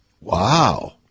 Wow